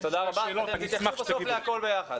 אחר כך תענו על כל השאלות ביחד.